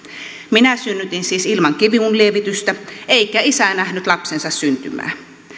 minä synnytin siis ilman kivunlievitystä eikä isä nähnyt lapsensa syntymää